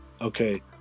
okay